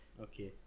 Okay